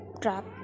Trap